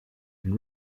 and